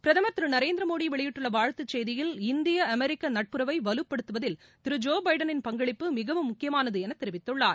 பிரதமர் திரு நரேந்திர மோடி வெளியிட்டுள்ள வாழ்த்துச் செய்தியில் இந்திய அமெரிக்க நட்புறவை வலுப்படுத்துவதில் திரு ஜோ பைடனின் பங்களிப்பு மிகவும் முக்கியமானது என தெரிவித்துள்ளார்